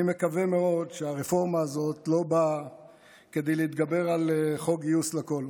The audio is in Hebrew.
אני מקווה מאוד שהרפורמה הזאת לא באה כדי להתגבר על חוק גיוס לכול.